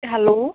hello